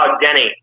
Denny